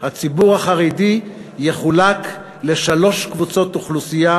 הציבור החרדי יחולק לשלוש קבוצות אוכלוסייה